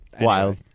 Wild